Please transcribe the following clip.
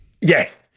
yes